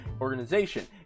organization